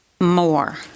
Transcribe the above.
more